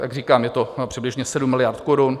Jak říkám, je to přibližně 7 miliard korun.